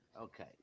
Okay